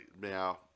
Now